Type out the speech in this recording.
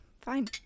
Fine